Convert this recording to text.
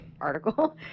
article